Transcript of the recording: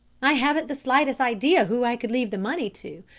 i haven't the slightest idea who i could leave the money to.